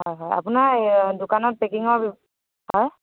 হয় হয় আপোনাৰ দোকানত পেকিঙৰ হয়